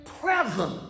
present